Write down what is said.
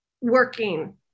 working